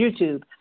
YouTube